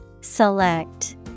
Select